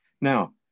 Now